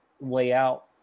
layout